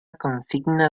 consigna